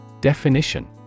Definition